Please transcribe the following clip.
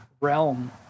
realm